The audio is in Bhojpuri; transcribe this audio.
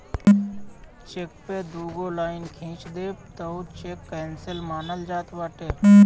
चेक पअ दुगो लाइन खिंच देबअ तअ उ चेक केंसल मानल जात बाटे